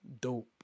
dope